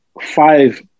five